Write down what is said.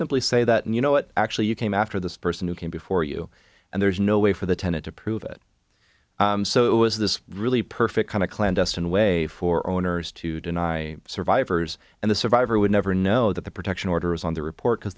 simply say that you know it actually you came after the person who came before you and there's no way for the tenant to prove it so it was this really perfect kind of clandestine way for owners to deny survivors and the survivor would never know that the protection order is on the report because